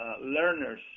learners